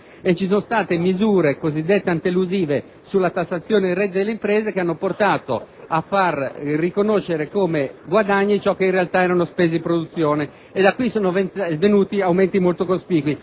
ci sono state misure cosiddette antielusive sulla tassazione delle imprese che hanno portato a far riconoscere come guadagni ciò che in realtà erano spese di produzione. Da qui sono derivati aumenti molto cospicui.